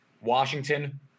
Washington